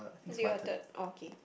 it is your turn okay